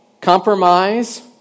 compromise